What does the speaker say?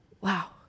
Wow